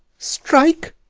strike!